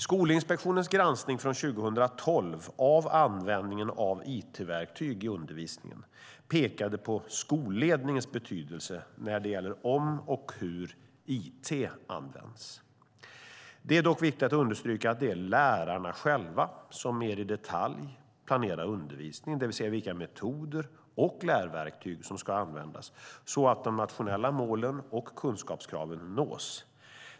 Skolinspektionens granskning från 2012 av användningen av it-verktyg i undervisningen pekade på skolledningens betydelse när det gäller om och hur it används. Det är dock viktigt att understryka att det är lärarna som mer i detalj planerar undervisningen, det vill säga vilka metoder och lärverktyg som ska användas så att de nationella målen och kunskapskraven nås.